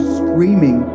screaming